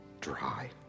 Dry